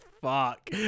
Fuck